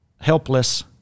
helpless